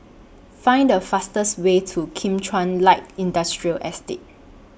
Find The fastest Way to Kim Chuan Light Industrial Estate